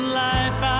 life